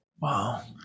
Wow